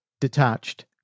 detached